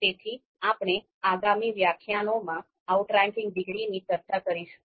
તેથી આપણે આગામી વ્યાખ્યાનોમાં આઉટરેન્કિંગ ડિગ્રીની ચર્ચા કરીશું